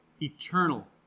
Eternal